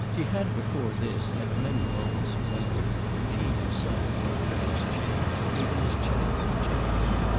he had before this had many moments of wondering if he himself weren't perhaps changed even as chad was changed.